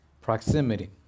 proximity